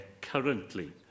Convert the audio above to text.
currently